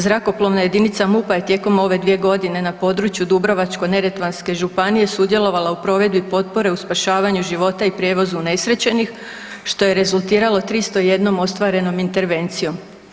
Zrakoplovna jedinica MUP-a je tijekom ove 2.g. na području Dubrovačko-neretvanske županije sudjelovala u provedbi potpore u spašavanju života i prijevozu unesrećenih, što je rezultiralo 301 ostvarenom intervencijom.